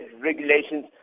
regulations